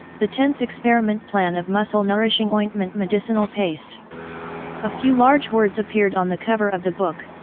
the tenth experiment plan of muscle nourishing ointment medicinal paste a few large words appeared on the cover of the book.